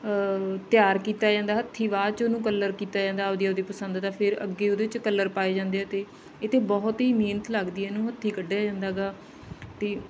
ਤਿਆਰ ਕੀਤਾ ਜਾਂਦਾ ਹੱਥੀਂ ਬਾਅਦ 'ਚ ਉਹਨੂੰ ਕਲਰ ਕੀਤਾ ਜਾਂਦਾ ਆਪਦੀ ਆਪਦੀ ਪਸੰਦ ਦਾ ਫਿਰ ਅੱਗੇ ਉਹਦੇ 'ਚ ਕਲਰ ਪਾਏ ਜਾਂਦੇ ਆ ਅਤੇ ਇਹ 'ਤੇ ਬਹੁਤ ਹੀ ਮਿਹਨਤ ਲੱਗਦੀ ਹੈ ਇਹਨੂੰ ਹੱਥੀਂ ਕੱਢਿਆ ਜਾਂਦਾ ਗਾ ਅਤੇ